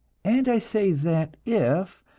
and i say that if,